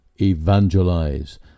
evangelize